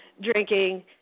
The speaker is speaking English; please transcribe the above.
drinking